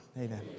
Amen